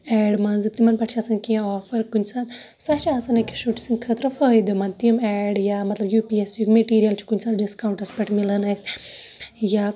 add مَنزٕ تِمن پٮ۪ٹھ چھِ آسان کیٚنٛہہ آفَر کُنہِ ساتہٕ سۄ چھِ آسان أکِس شُرۍ سٕندۍ خٲطرٕ فٲیدٕ مَند تِم ایڈ یا مطلب یوٗ پی ایس سی یُک مَٹیٖریَل چھُ کُنہِ ساتہٕ ڈِسکاوُنٹَس پٮ۪ٹھ مِلان اَسہِ